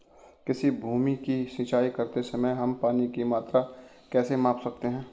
किसी भूमि की सिंचाई करते समय हम पानी की मात्रा कैसे माप सकते हैं?